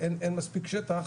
אין מספיק שטח,